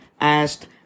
asked